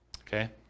Okay